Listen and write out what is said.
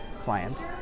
client